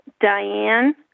Diane